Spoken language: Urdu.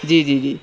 جی جی جی